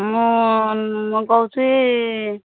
ମୁଁ ମୁଁ କହୁଛି